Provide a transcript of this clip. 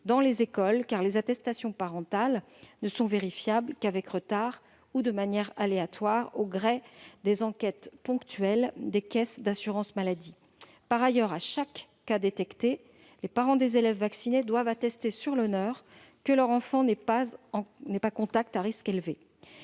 dans les écoles, car les attestations parentales ne sont vérifiables qu'avec retard ou de manière aléatoire, au gré des enquêtes ponctuelles des caisses d'assurance maladie. Par ailleurs, chaque fois qu'un cas est détecté, les parents des élèves vaccinés doivent attester sur l'honneur que leur enfant n'est pas contact à risque élevé.